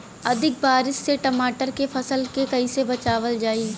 अधिक बारिश से टमाटर के फसल के कइसे बचावल जाई?